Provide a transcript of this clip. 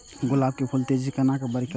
गुलाब के फूल के तेजी से केना बड़ा करिए?